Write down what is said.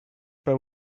peux